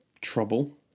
trouble